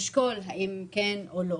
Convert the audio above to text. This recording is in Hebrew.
האם כן או לא.